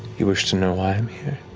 you wish to know why i'm here?